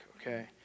okay